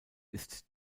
ist